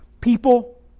people